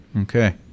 okay